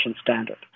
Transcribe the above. standard